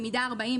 במידה 40,